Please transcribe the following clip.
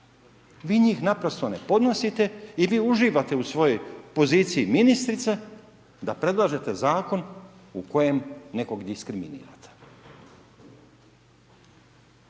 vi njih naprosto ne podnosite i vi uživate u svojoj poziciji ministrice da predlažete Zakon u kojem nekog diskriminirate.